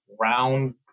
round